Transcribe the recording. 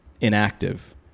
inactive